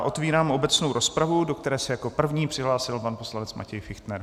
Otevírám obecnou rozpravu, do které se jako první přihlásil pan poslanec Matěj Fichtner.